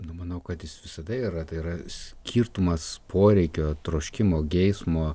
nu manau kad jis visada yra tai yra skirtumas poreikio troškimo geismo